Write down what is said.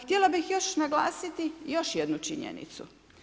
Htjela bih još naglasiti još jednu činjenicu.